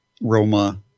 Roma